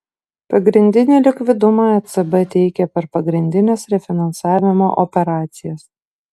pagrindinį likvidumą ecb teikia per pagrindines refinansavimo operacijas